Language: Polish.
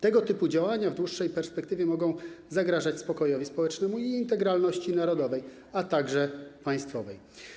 Tego typu działania w dłuższej perspektywie mogą zagrażać spokojowi społecznemu i integralności narodowej, a także państwowej.